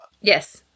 Yes